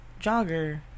jogger